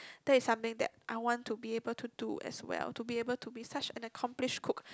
that is something that I want to be able to do as well to be able to be such an accomplish cook